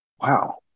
Wow